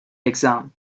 exam